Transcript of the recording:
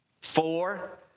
Four